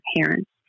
parents